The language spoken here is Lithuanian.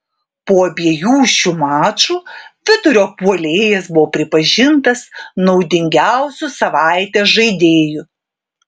po abiejų šių mačų vidurio puolėjas buvo pripažintas naudingiausiu savaitės žaidėju